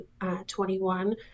2021